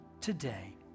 today